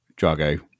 Drago